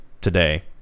today